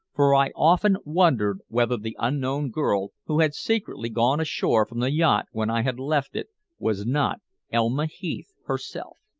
for i often wondered whether the unknown girl who had secretly gone ashore from the yacht when i had left it was not elma heath herself.